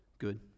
good